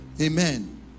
Amen